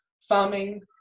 farming